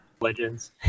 Legends